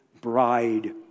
bride